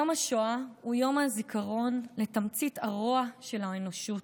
יום השואה הוא יום הזיכרון לתמצית הרוע של האנושות,